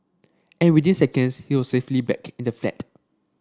and within seconds she was safely back in the flat